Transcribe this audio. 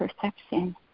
perception